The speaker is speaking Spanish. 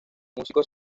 músicos